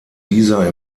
dieser